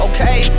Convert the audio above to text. Okay